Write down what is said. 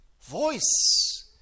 voice